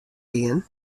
gean